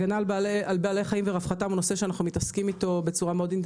הגנה על בעלי החיים זה נושא שאנחנו עוסקים בו רבות,